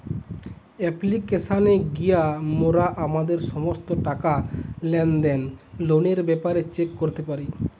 অ্যাপ্লিকেশানে গিয়া মোরা আমাদের সমস্ত টাকা, লেনদেন, লোনের ব্যাপারে চেক করতে পারি